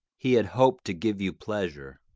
he had hoped to give you pleasure.